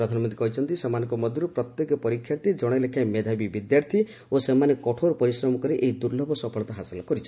ପ୍ରଧାନମନ୍ତ୍ରୀ କହିଛନ୍ତି ସେମାନଙ୍କ ମଧ୍ୟରୁ ପ୍ରତ୍ୟେକ ପରୀକ୍ଷାର୍ଥୀ ଜଣେ ଲେଖାଏଁ ମେଧାବୀ ବିଦ୍ୟାର୍ଥୀ ଓ ସେମାନେ କଠୋର ପରିଶ୍ରମ କରି ଏହି ଦୁର୍ଲ୍ଲଭ ସଫଳତା ହାସଲ କରିଛନ୍ତି